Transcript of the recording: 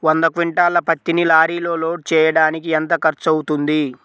వంద క్వింటాళ్ల పత్తిని లారీలో లోడ్ చేయడానికి ఎంత ఖర్చవుతుంది?